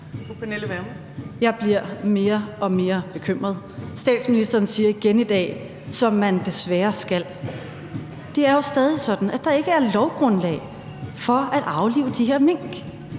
Jeg bliver mere og mere bekymret. Statsministeren siger igen i dag: Som man desværre skal. Det er jo stadig sådan, at der ikke er lovgrundlag for at aflive de her mink.